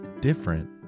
different